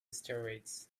steroids